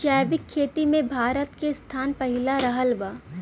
जैविक खेती मे भारत के स्थान पहिला रहल बा